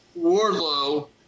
wardlow